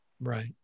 Right